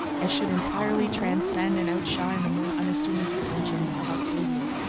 as should entirely transcend and outshine the more unassuming pretensions of octavia.